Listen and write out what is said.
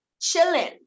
chilling